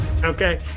Okay